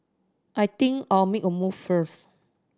I think I'll make a move first